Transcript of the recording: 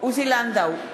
עוזי לנדאו,